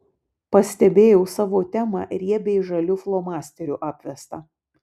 pastebėjau savo temą riebiai žaliu flomasteriu apvestą